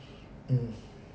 mm